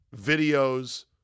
videos